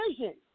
vision